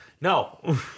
no